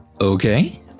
Okay